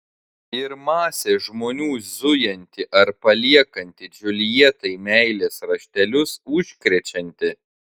ir masė žmonių zujanti ar paliekanti džiuljetai meilės raštelius užkrečianti